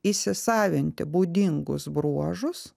įsisavinti būdingus bruožus